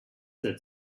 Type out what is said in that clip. that